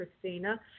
Christina